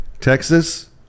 Texas